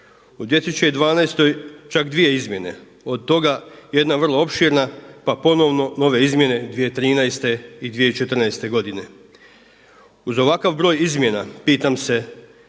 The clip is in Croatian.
U 2012. čak dvije izmjene. Od toga jedna vrlo opširna, pa ponovno nove izmjene 2013. i 2014. godine. Uz ovakav broj izmjena pitam se